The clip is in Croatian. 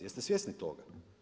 Jeste svjesni toga?